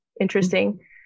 interesting